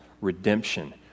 redemption